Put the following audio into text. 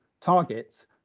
targets